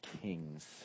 Kings